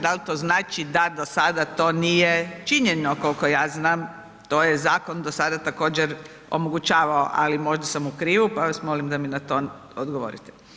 Da li to znači da do sada to nije činjeno koliko ja znam, to je zakon do sada također omogućavao ali možda sam u krivu pa vas molim da mi na to odgovorite.